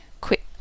quit